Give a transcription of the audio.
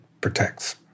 protects